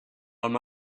him